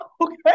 Okay